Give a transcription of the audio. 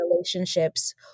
Relationships